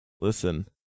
Listen